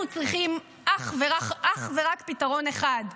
אנחנו צריכים אך ורק פתרון אחד,